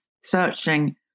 searching